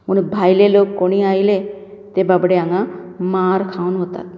म्हूण भायले लोक कोणीय आयले ते बाबडे हांगां मार खावन वतात